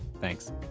Thanks